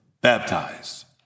baptized